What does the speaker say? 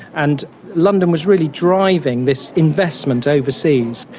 and london was really driving this investment overseas.